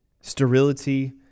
sterility